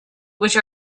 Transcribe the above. which